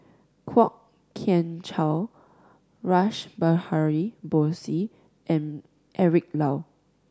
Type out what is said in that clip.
Kwok Kian Chow Rash Behari Bose and Eric Low